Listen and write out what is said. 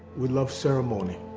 we love ceremony.